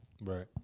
Right